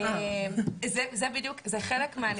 זה חלק מהנקודות.